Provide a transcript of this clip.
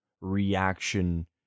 reaction